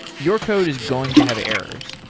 your code is going to have errors,